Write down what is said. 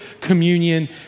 communion